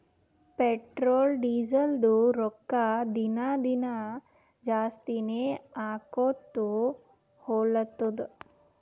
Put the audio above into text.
petrol, ಡೀಸೆಲ್ದು ರೊಕ್ಕಾ ದಿನಾ ದಿನಾ ಜಾಸ್ತಿನೇ ಆಕೊತ್ತು ಹೊಲತ್ತುದ್